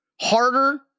harder